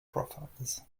profiles